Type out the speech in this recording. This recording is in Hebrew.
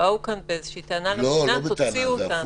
זאת אומרת שבאו כאן באיזו טענה נכונה,